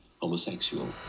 homosexual